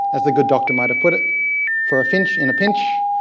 as the good doctor might have put it for a finch in a pinch,